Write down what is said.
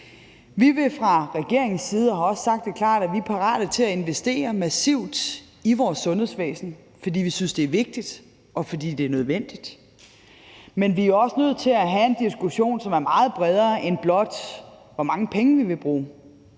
Vi er fra regeringens side, og vi har også sagt det klart, parate til at investere massivt i vores sundhedsvæsen, fordi vi synes, det er vigtigt, og fordi det er nødvendigt. Vi er også nødt til at have en diskussion, som er meget bredere end blot om, hvor mange penge vi vil bruge,